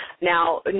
now